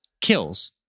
kills